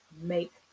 make